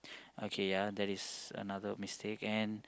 okay ya that is another mistake and